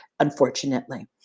Unfortunately